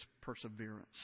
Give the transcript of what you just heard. perseverance